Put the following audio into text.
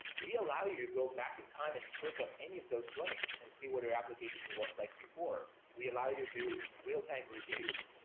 we allow you to go back in time and click on any of those links and see what your application was like before. we allow you to do real-time reviews.